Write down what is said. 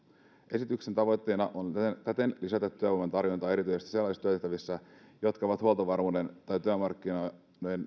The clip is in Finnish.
esityksen tavoitteena on täten lisätä työvoiman tarjontaa erityisesti sellaisissa työtehtävissä jotka ovat huoltovarmuuden tai työmarkkinoiden